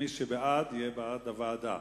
מי שבעד, יהיה בעד הוועדה.